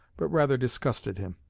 but rather disgusted him.